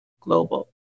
global